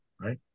right